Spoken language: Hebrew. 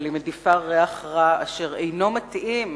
אבל היא מדיפה ריח רע אשר אינו מתאים,